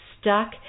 stuck